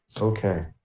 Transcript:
Okay